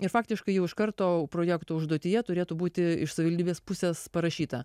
ir faktiškai jau iš karto projekto užduotyje turėtų būti iš savivaldybės pusės parašyta